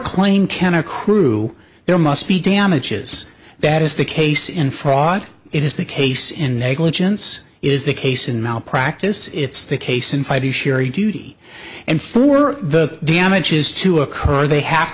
claim can accrue there must be damages that is the case in fraud it is the case in negligence is the case in malpractise it's the case in five years sherry duty and for the damages to occur they have